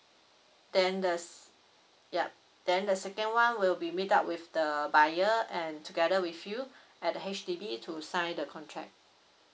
then there's ya then the second [one] will be meet up with the buyer and together with you at H_D_B to sign the contract